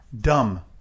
dumb